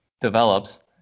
develops